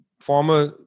former